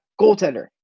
goaltender